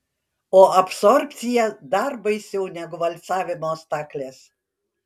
o absorbcija dar baisiau negu valcavimo staklės